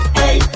hey